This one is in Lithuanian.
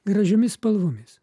gražiomis spalvomis